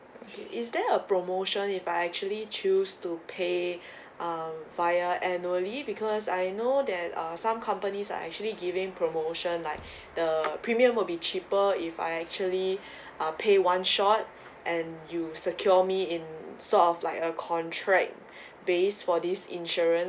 okay is there a promotion if I actually choose to pay uh via annually because I know that uh some companies are actually giving promotion like the premium will be cheaper if I actually uh pay one shot and you secure me in sort of like a contract base for this insurance